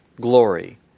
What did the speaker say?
glory